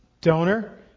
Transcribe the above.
donor